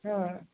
ହଁ